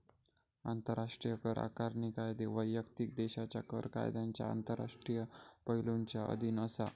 आंतराष्ट्रीय कर आकारणी कायदे वैयक्तिक देशाच्या कर कायद्यांच्या आंतरराष्ट्रीय पैलुंच्या अधीन असा